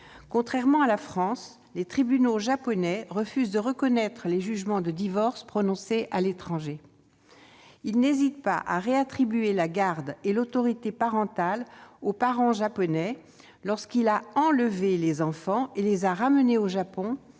Contrairement à la France, les tribunaux japonais refusent de reconnaître les jugements de divorce prononcés à l'étranger. Ils n'hésitent pas à réattribuer la garde et l'autorité parentale au parent japonais lorsqu'il a enlevé les enfants et les a ramenés au Japon,